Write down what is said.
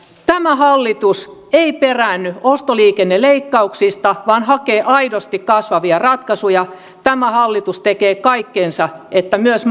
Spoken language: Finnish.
tämä hallitus ei peräänny ostoliikenneleikkauksista vaan hakee aidosti kasvavia ratkaisuja tämä hallitus tekee kaikkensa että myös